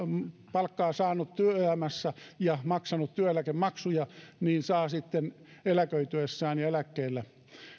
palkkaa saanut työelämässä ja maksanut työeläkemaksuja ja saa sitten eläköityessään ja eläkkeellä